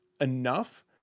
enough